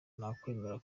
nakwemera